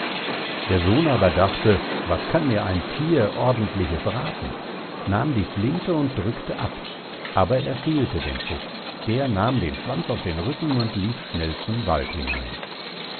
der sohn aber dachte was kann mir ein thier ordentliches rathen nahm die flinte und drückte ab aber er fehlte den fuchs der nahm den schwanz auf den rücken und lief schnell zum wald hinein